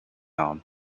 town